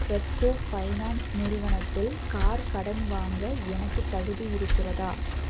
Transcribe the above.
Repco finance நிறுவனத்தில் car கடன் வாங்க எனக்கு தகுதி இருக்கிறதா